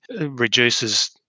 reduces